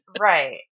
right